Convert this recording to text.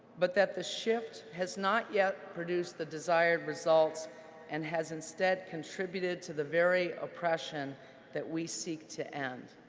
but that the shift has not yet produced the desired result and has, instead, contributed to the very oppression that we seek to end.